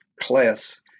class